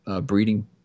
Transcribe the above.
Breeding